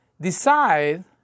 decide